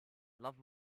love